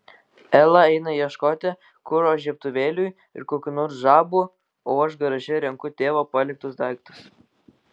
ela eina ieškoti kuro žiebtuvėliui ir kokių nors žabų o aš garaže renku tėvo paliktus daiktus